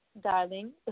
darling